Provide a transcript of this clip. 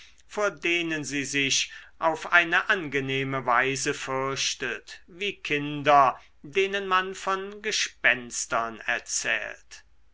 vor denen sie sich auf eine angenehme weise fürchtet wie kinder denen man von gespenstern erzählt